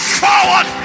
forward